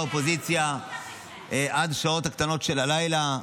האופוזיציה עד השעות הקטנות של הלילה,